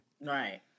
right